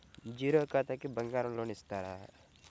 Zero ఖాతాకి బంగారం loan ఇస్తారా?